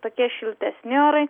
tokie šiltesni orai